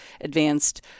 advanced